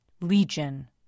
Legion